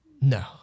No